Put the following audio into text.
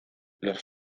los